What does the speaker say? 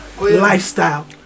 lifestyle